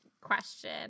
question